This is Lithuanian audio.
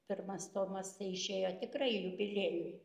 pirmas tomas tai išėjo tikrai jubiliejui